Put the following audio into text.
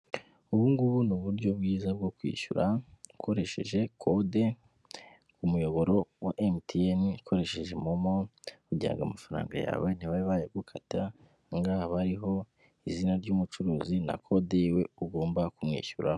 Ubungubu ni uburyo bwiza bwo kwishyura ukoresheje kode, muyoboro wa MTN ukoresheje momo kugirango amafaranga yawe ntibabe bagukata ahangaha hariho izina ryumucuruzi na kode yiwe ugomba kumwishyuraho.